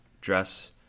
dress